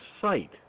site